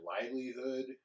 livelihood